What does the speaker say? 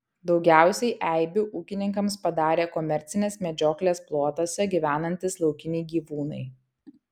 daugiausiai eibių ūkininkams padarė komercinės medžioklės plotuose gyvenantys laukiniai gyvūnai